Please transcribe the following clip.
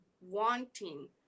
wanting